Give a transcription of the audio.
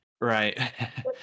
Right